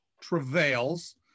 travails